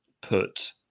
put